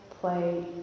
play